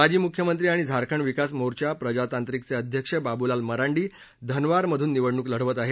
माजी मुख्यमंत्री आणि झारखंड विकास मोर्चा प्रजातांत्रिकचे अध्यक्ष बाबुलाल मरांडी धनवारमधून निवडणूक लढवत आहेत